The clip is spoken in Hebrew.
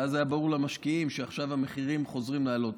ואז היה ברור למשקיעים שעכשיו המחירים חוזרים לעלות.